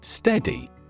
Steady